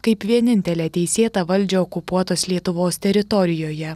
kaip vienintelę teisėtą valdžią okupuotos lietuvos teritorijoje